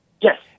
Yes